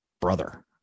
brother